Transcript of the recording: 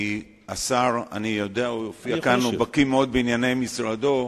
כי השר בקי מאוד בענייני משרדו.